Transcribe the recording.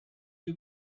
you